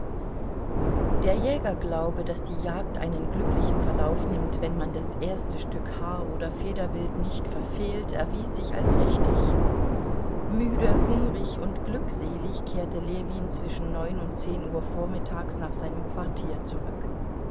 der jägerglaube daß die jagd einen glücklichen verlauf nimmt wenn man das erste stück haar oder federwild nicht verfehlt erwies sich als richtig müde hungrig und glückselig kehrte ljewin zwischen neun und zehn uhr vormittags nach seinem quartier zurück